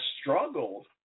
struggled